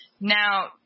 Now